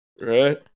Right